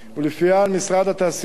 שלפיה על משרד התעשייה,